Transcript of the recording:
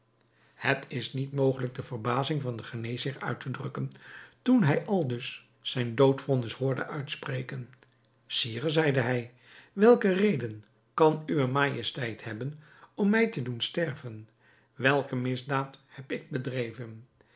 het is niet mogelijk de verbazing van den geneesheer uit te drukken toen hij aldus zijn doodvonnis hoorde uitspreken sire zeide hij welke reden kan uwe majesteit hebben om mij te doen sterven welke misdaad heb ik bedreven